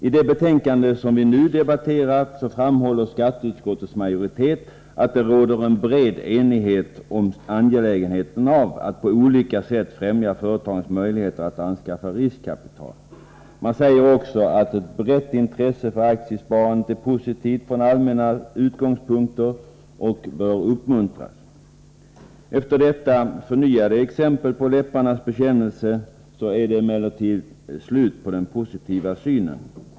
I det betänkande som vi nu debatterar framhåller skatteutskottets majoritet att det råder en bred enighet om angelägenheten av att på olika sätt främja företagens möjlighet att anskaffa riskkapital och att ett brett intresse för aktiesparande är positivt från allmänna utgångspunkter och bör uppmuntras. Efter detta förnyade exempel på läpparnas bekännelse är det emellertid slut på den positiva synen.